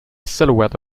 silhouette